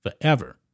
forever